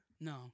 No